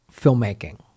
filmmaking